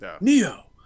Neo